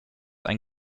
ein